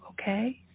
okay